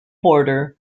border